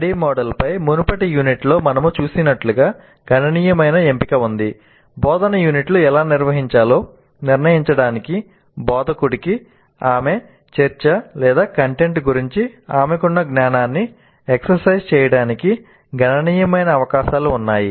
ADDIE మోడల్పై మునుపటి యూనిట్లో మనము చూసినట్లుగా గణనీయమైన ఎంపిక ఉంది బోధనా యూనిట్లు ఎలా నిర్వహించాలో నిర్ణయించడానికి బోధకుడికి ఆమె చర్చ కంటెంట్ గురించి ఆమెకున్న జ్ఞానాన్ని ఎక్సర్సైజ్ చేయడానికి గణనీయమైన అవకాశాలు ఉన్నాయి